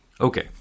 Okay